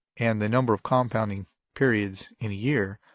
and the number of compounding periods in a year,